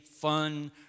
fun